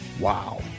Wow